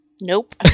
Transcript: Nope